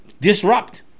disrupt